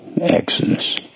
Exodus